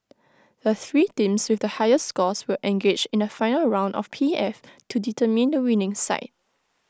the three teams with the highest scores will engage in A final round of P F to determine the winning side